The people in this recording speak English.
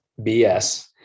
BS